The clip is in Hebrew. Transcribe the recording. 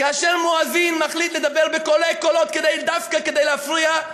כאשר מואזין מחליט לדבר בקולי-קולות דווקא כדי להפריע,